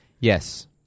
Yes